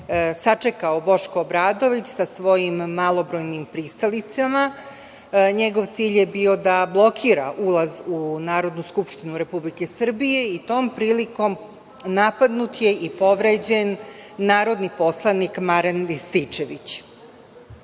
sačekao Boško Obradović sa svojim malobrojnim pristalicama. Njegov cilj je bio da blokira ulaz u Narodnu skupštinu Republike Srbije i tom prilikom napadnut je povređen narodni poslanik Marijan Rističević. Dići